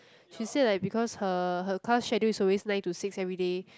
she say like because her her class schedule is always nine to six everyday